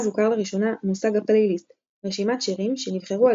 אז הוכר לראשונה מושג ה"פלייליסט" – רשימת שירים שנבחרו על